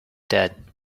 dead